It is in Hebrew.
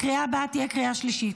הקריאה הבאה תהיה קריאה שלישית.